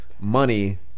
money